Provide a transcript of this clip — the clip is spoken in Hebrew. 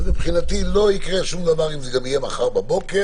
מבחינתי לא יקרה שום דבר אם הדיון גם יהיה מחר בבוקר,